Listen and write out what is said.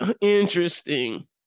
interesting